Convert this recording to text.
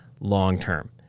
long-term